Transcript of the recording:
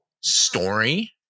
story